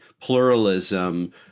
pluralism